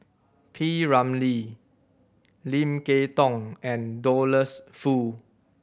P Ramlee Lim Kay Tong and Douglas Foo